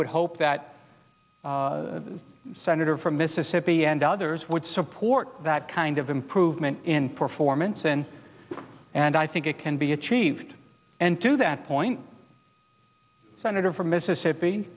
would hope that the senator from mississippi and others would support that kind of improvement in performance and and i think it can be achieved and to that point senator from mississippi